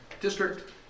district